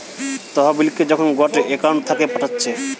তহবিলকে যখন গটে একউন্ট থাকে পাঠাচ্ছে